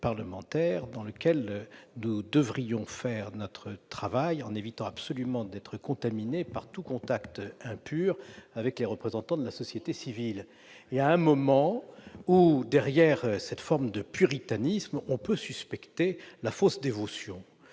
parlementaire dans lequel nous devrions faire notre travail en évitant absolument d'être contaminé par tout contact impur avec les représentants de la société civile. À un moment, derrière cette forme de puritanisme, on peut suspecter la fausse dévotion